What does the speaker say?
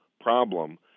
problem